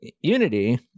Unity